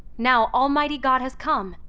now almighty god has come,